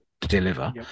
deliver